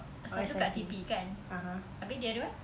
oh S_I_M tu (uh huh)